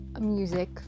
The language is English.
music